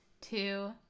two